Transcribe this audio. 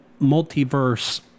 multiverse –